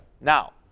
Now